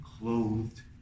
clothed